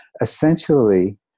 Essentially